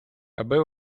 аби